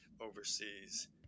overseas